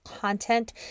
content